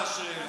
אבל הינה השאלה.